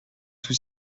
tous